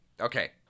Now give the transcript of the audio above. Okay